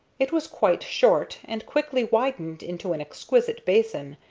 it was quite short, and quickly widened into an exquisite basin,